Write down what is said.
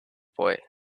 boy